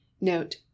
Note